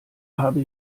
habe